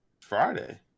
Friday